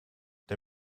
der